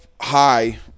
high